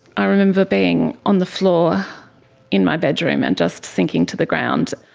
i remember being on the floor in my bedroom and just sinking to the ground.